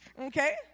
okay